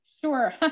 sure